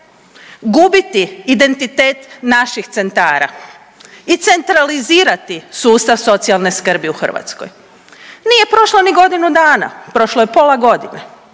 gubiti identitet naših centara i centralizirati sustav socijalne skrbi u Hrvatskoj. Nije prošlo ni godinu dana, prošlo je pola godine,